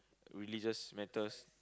religious matters